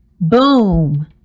Boom